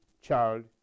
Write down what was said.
child